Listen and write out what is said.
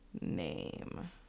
Name